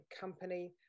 company